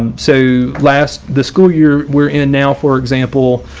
um so last the school year, we're in now, for example,